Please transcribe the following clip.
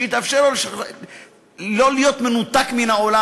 שיתאפשר לו לא להיות מנותק מן העולם.